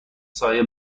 سایه